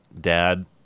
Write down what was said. Dad